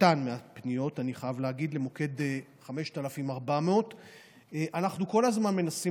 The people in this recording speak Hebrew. קטן מהפניות למוקד 5400. אנחנו כל הזמן מנסים